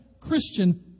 Christian